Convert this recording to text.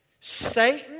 Satan